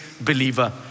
believer